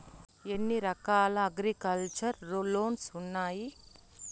ఎన్ని రకాల agriculture loans ఉండాయి